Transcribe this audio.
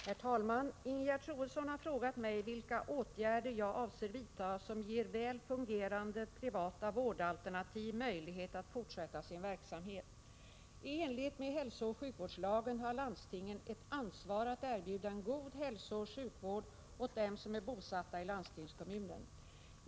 Herr talman! Ingegerd Troedsson har fråga mig vilka åtgärder jag avser vidta som ger väl fungerande privata vårdalternativ möjlighet att fortsätta sin verksamhet. I enlighet med hälsooch sjukvårdslagen har landstingen ett ansvar att erbjuda en god hälsooch sjukvård åt dem som är bosatta i landstingskommunen.